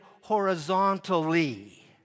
horizontally